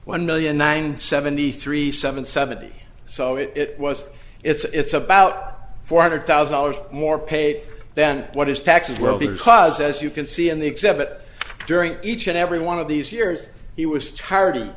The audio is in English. one million nine seventy three seven seventy so if it was it's about four hundred thousand dollars more pay then what is taxes well because as you can see in the exhibit during each and every one of these years he was t